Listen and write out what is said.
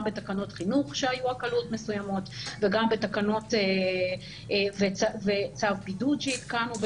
גם בתקנות חינוך היו הקלות מסוימות וגם בצו בידוד שעדכנו,